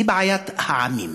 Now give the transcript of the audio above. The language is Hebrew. היא בעיית העמים.